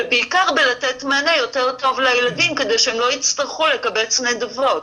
ובעיקר בלתת מענה יותר טוב לילדים כדי שהם לא יצטרכו לקבץ נדבות.